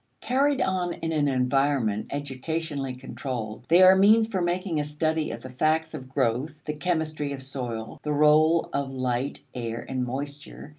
carried on in an environment educationally controlled, they are means for making a study of the facts of growth, the chemistry of soil, the role of light, air, and moisture,